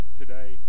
today